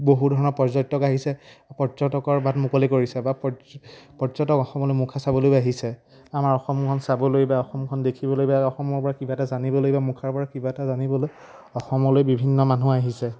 বহু ধৰণৰ পৰ্যটক আহিছে পৰ্যটকৰ বাট মুকলি কৰিছে বা পৰ্যটক অসমলৈ মুখা চাবলৈও আহিছে আমাৰ অসমখন চাবলৈ বা অসমখন দেখিবলৈ বা অসমৰপৰা কিবা এটা জানিবলৈ বা মুখাৰপৰা কিবা এটা জানিবলৈ অসমলৈ বিভিন্ন মানুহ আহিছে